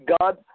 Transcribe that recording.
God